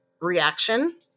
reaction